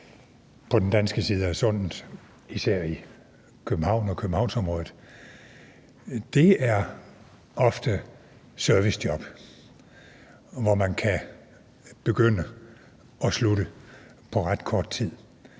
på den danske side af Sundet, især i København og i Københavnsområdet, ofte er servicejob, hvor man kan begynde og slutte på ret kort tid.